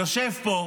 יושב פה,